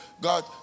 God